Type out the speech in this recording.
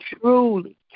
truly